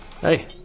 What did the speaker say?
Hey